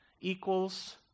equals